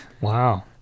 Wow